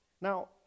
Now